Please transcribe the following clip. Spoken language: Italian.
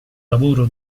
lavoro